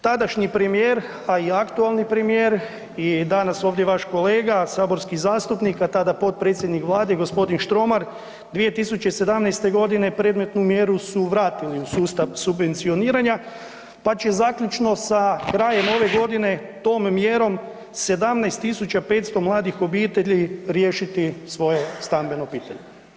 Tadašnji premijer, a i aktualni premijer i danas ovdje vaš kolega saborski zastupnik, a tada potpredsjednik Vlade gospodin Štromar 2017. godine predmetnu mjeru su vratili u sustav subvencioniranja pa će zaključno sa krajem ove godine tom mjerom 17.500 mladih obitelji riješiti svoje stambeno pitanje.